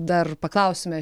dar paklausime